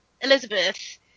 Elizabeth